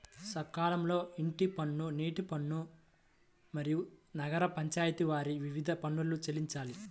సకాలంలో ఇంటి పన్ను, నీటి పన్ను, మరియు నగర పంచాయితి వారి వివిధ పన్నులను చెల్లించాలి